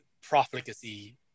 profligacy